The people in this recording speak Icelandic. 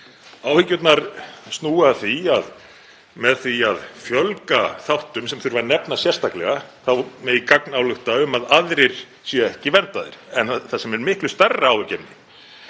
áhyggjurnar að því að með því að fjölga þáttum sem þarf að nefna sérstaklega megi gagnálykta um að aðrir séu ekki verndaðir. En það sem er miklu stærra áhyggjuefni